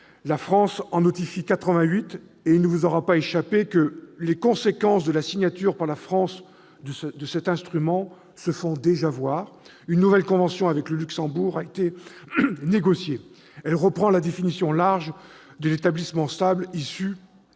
fiscales existantes. Il ne vous aura pas échappé que les conséquences de la signature par la France de cet instrument se font déjà sentir : ainsi, une nouvelle convention avec le Luxembourg a été négociée. Elle reprend la définition large de l'établissement stable issue